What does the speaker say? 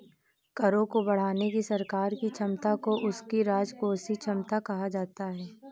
करों को बढ़ाने की सरकार की क्षमता को उसकी राजकोषीय क्षमता कहा जाता है